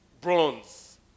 bronze